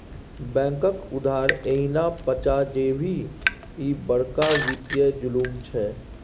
बैंकक उधार एहिना पचा जेभी, ई बड़का वित्तीय जुलुम छै